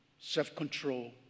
self-control